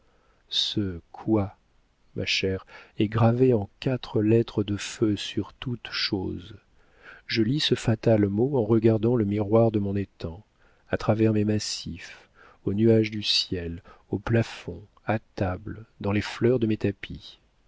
ce quoi ma chère est gravé en quatre lettres de feu sur toutes choses je lis ce fatal mot en regardant le miroir de mon étang à travers mes massifs aux nuages du ciel aux plafonds à table dans les fleurs de mes tapis